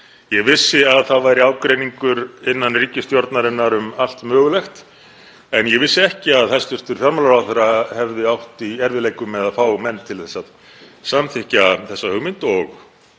Ég vissi að ágreiningur væri innan ríkisstjórnarinnar um allt mögulegt en ég vissi ekki að hæstv. fjármálaráðherra hefði átt í erfiðleikum með að fá menn til að samþykkja þessa hugmynd og